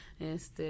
este